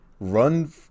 run